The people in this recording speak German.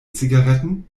zigaretten